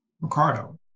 Ricardo